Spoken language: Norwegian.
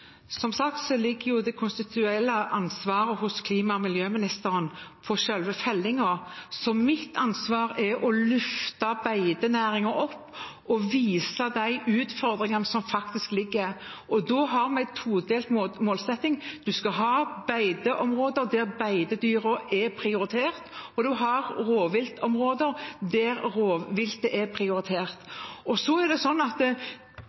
Som sagt ligger det konstitusjonelle ansvaret for selve fellingen hos klima- og miljøministeren. Mitt ansvar er å løfte beitenæringen og vise de utfordringene man faktisk har. Da har vi en todelt målsetting. Vi skal ha beiteområder der beitedyrene er prioritert, og vi har rovviltområder der rovviltet er